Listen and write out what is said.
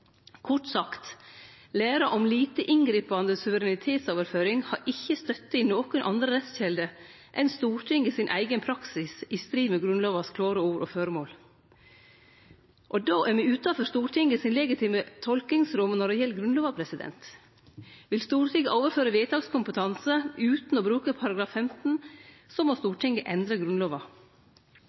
Kort sagt: Læra om «lite inngripende» suverenitetsoverføring har ikkje støtte i nokon andre rettskjelder enn Stortinget sin eigen praksis i strid med Grunnlovas klare ord og føremål. Då er me utanfor Stortinget sitt legitime tolkingsrom når det gjeld Grunnlova. Vil Stortinget overføre vedtakskompetanse utan å bruke § 115, må Stortinget endre Grunnlova.